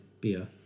beer